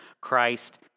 Christ